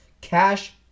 cash